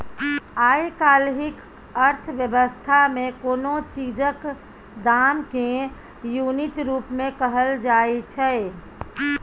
आइ काल्हिक अर्थ बेबस्था मे कोनो चीजक दाम केँ युनिट रुप मे कहल जाइ छै